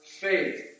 faith